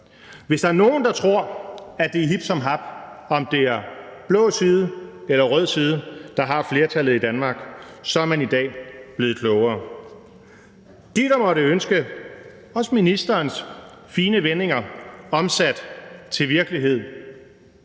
Hvis der er nogen, der tror, at det er hip som hap, om det er blå side eller rød side, der har flertallet i Danmark, så er man i dag blevet klogere. De, der også måtte ønske ministerens fine vendinger omsat til virkelighed,